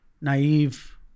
naive